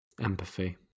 empathy